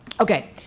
Okay